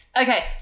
Okay